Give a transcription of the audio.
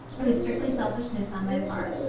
it was strictly selfishness on my part.